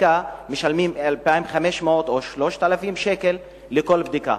משלמים 2,500 או 3,000 שקל על כל בדיקה.